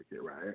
right